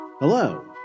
Hello